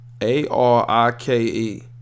A-R-I-K-E